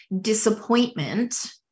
disappointment